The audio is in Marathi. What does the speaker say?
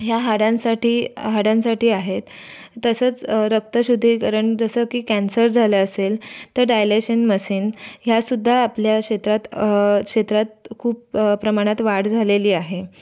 या हाडांसाठी हाडांसाठी आहेत तसंच रक्तशुद्धीकरण जसं की कॅन्सर झालं असेल तर डायलेशन मसीन ह्यासुद्धा आपल्या क्षेत्रात क्षेत्रात खूप प्रमाणात वाढ झालेली आहे